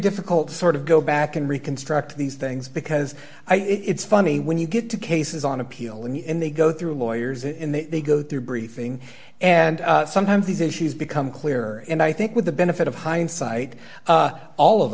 difficult to sort of go back and reconstruct these things because it's funny when you get to cases on appeal and they go through lawyers in the they go through briefing and sometimes these issues become clearer and i think with the benefit of hindsight all